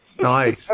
Nice